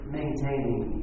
maintaining